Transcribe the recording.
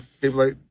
people